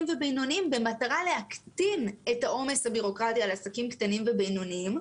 ובינוניים במטרה להקטין את העומס הבירוקרטי על עסקים קטנים ובינוניים,